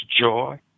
joy